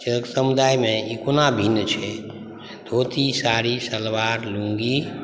एक समुदायमे ई कोना भिन्न छै धोती साड़ी सलवार लुङ्गी